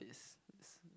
is is